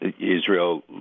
Israel